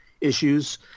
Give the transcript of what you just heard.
issues